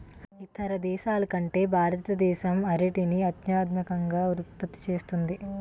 ఇతర దేశాల కంటే భారతదేశం అరటిని అత్యధికంగా ఉత్పత్తి చేస్తుంది